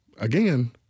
again